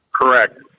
Correct